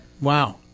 Wow